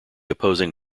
opposing